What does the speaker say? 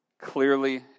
clearly